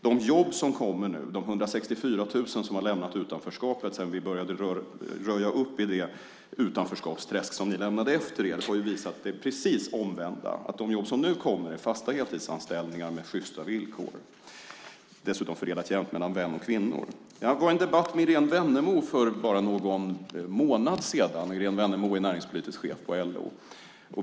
De jobb som nu kommer, och de 164 000 som lämnat utanförskapet sedan vi började röja upp i det utanförskapsträsk som ni lämnade efter er, har visat precis motsatsen, nämligen att de jobben är fasta heltidsanställningar med sjysta villkor. Dessutom är de jämnt fördelade mellan män och kvinnor. Jag deltog i en debatt med Irene Wennemo, näringspolitisk chef på LO, för bara någon månad sedan.